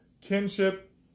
kinship